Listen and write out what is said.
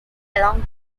along